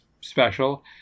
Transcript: special